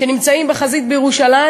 שנמצאים בחזית בירושלים,